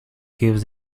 gives